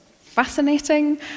fascinating